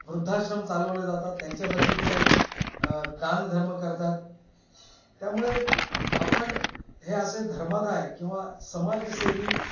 वृद्धाश्रम चालवले जातात त्यांच्यासाठी ते दानधर्म करतात त्यामुळे आपण हे असे धर्मादाय किंवा समाजसेवी